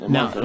Now